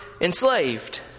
enslaved